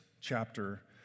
chapter